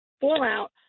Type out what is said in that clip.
fallout